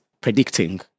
predicting